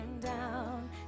down